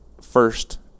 first